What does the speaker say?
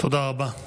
תודה רבה.